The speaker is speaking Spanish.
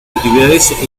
actividades